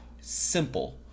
simple